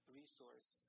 resource